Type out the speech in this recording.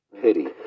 Pity